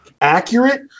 accurate